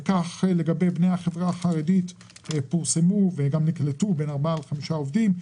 כך שמבני החברה החרדית פורסמו וגם נקלטו בין ארבעה לחמישה עובדים,